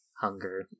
hunger